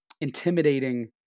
intimidating